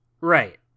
right